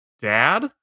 dad